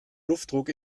luftdruck